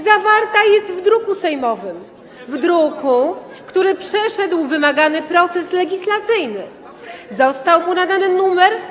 zawarta jest w druku sejmowym, w druku, który przeszedł wymagany proces legislacyjny, został mu nadany numer.